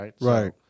right